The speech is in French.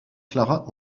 clara